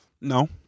no